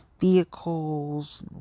vehicles